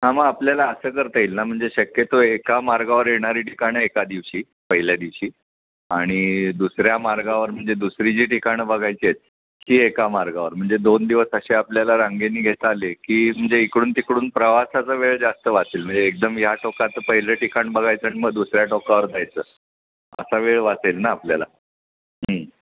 हां मग आपल्याला असं करता येईल ना म्हणजे शक्यतो एका मार्गावर येणारी ठिकाणं एका दिवशी पहिल्या दिवशी आणि दुसऱ्या मार्गावर म्हणजे दुसरी जी ठिकाणं बघायची आहेत ही एका मार्गावर म्हणजे दोन दिवस अशे आपल्याला रांगेने घेता आले की म्हणजे इकडून तिकडून प्रवासाचा वेळ जास्त वाचेल म्हणजे एकदम या टोकाचं पहिलं ठिकाण बघायचं आणि मग दुसऱ्या टोकावर जायचं असा वेळ वाचेल ना आपल्याला